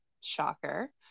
shocker